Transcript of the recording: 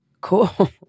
Cool